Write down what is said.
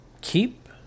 keep